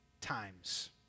times